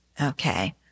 Okay